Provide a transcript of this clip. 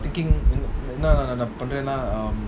I was thinking என்னபண்ணுவேன்னா:enna pannuvena